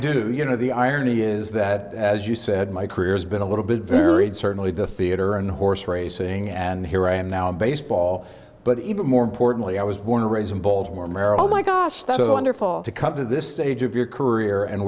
do you know the irony is that as you said my career has been a little bit varied certainly the theatre and horse racing and here i am now in baseball but even more importantly i was born and raised in baltimore maryland gosh that was wonderful to come to this stage of your career and